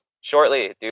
shortly